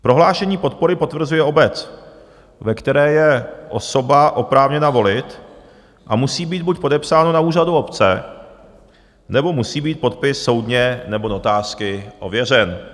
Prohlášení podpory potvrzuje obec, ve které je osoba oprávněna volit, a musí být buď podepsáno na úřadu obce, nebo musí být podpis soudně nebo notářsky ověřen.